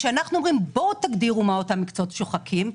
כשאנחנו אומרים בואו תגדירו את אותם מקצועות שוחקים,